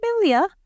familiar